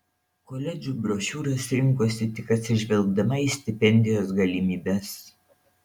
koledžų brošiūras rinkosi tik atsižvelgdama į stipendijos galimybes